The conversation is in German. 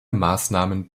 maßnahmen